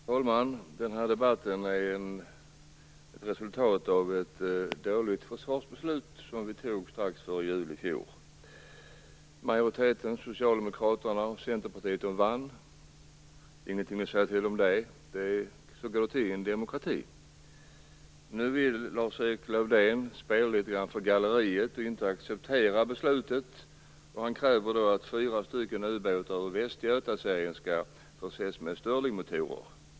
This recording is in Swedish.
Fru talman! Den här debatten är ett resultat av ett dåligt försvarsbeslut som vi fattade strax före jul i fjol. Majoriteten - Socialdemokraterna och Centern - vann. Det är ingenting att säga om det. Så går det till i en demokrati. Nu vill Lars-Erik Lövdén spela litet grand för galleriet och inte acceptera beslutet. Han kräver att fyra ubåtar ut Västgötaserien skall förses med Sterlingmotorer.